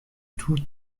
tout